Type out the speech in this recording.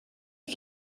you